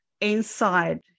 inside